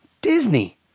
Disney